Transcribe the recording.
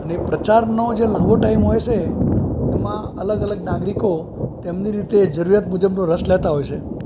અને પ્રચારનો જે લાંબો ટાઈમ હોય છે એમાં અલગ અલગ નાગરિકો તેમની રીતે જરૂરિયાત મુજબનો રસ લેતા હોય છે